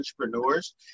entrepreneurs